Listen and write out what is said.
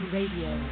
Radio